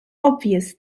obvious